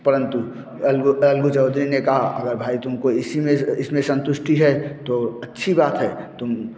परंतु अलगु अलगु चौधरी ने कहा अगर भाई तुम को इसी में इसमें संतुष्टी है तो अच्छी बात है तुम